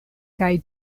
kaj